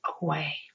away